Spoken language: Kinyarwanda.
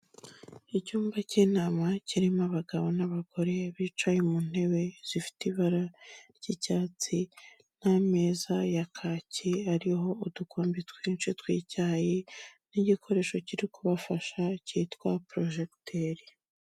Icyumba cy'inama kirimo abagabo n'abagore bicaye mu ntebe zifite ibara ry'icyatsi n'ameza ya kaki, ariho udukombe twinshi tw'icyayi n'igikoresho kiri kubafasha cyitwa projecteur.